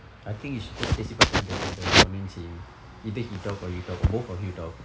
I think you should just பேசி பார்க்கிறான்:paesi parkkriaan with your father convince him either he talk or you talk or both of you talk